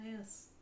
yes